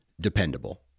dependable